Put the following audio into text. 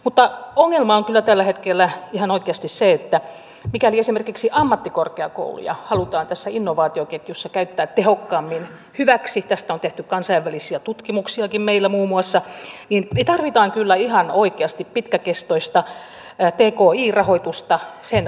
mutta ongelma on kyllä tällä hetkellä ihan oikeasti se että mikäli esimerkiksi ammattikorkeakouluja halutaan tässä innovaatioketjussa käyttää tehokkaammin hyväksi tästä on tehty kansainvälisiä tutkimuksiakin meillä muun muassa niin me tarvitsemme kyllä ihan oikeasti pitkäkestoista tki rahoitusta sen varmistamista